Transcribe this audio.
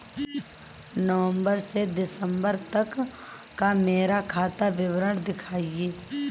नवंबर से दिसंबर तक का मेरा खाता विवरण दिखाएं?